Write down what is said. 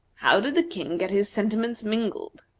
how did the king get his sentiments mingled?